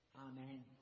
Amen